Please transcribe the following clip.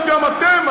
גם אתם,